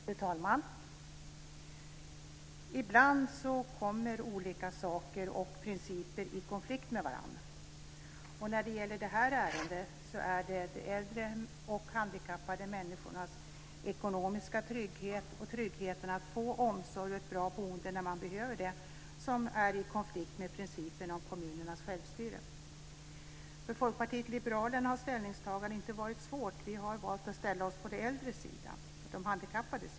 Fru talman! Ibland kommer olika saker och principer i konflikt med varandra. I det här ärendet står de äldres och de handikappades ekonomiska trygghet och behov av att få omsorg och ett bra boende när man behöver det i konflikt med principen om kommunernas självstyre. För Folkpartiet liberalerna har ställningstagandet inte varit svårt. Vi har valt att ställa oss på de äldres och de handikappades sida.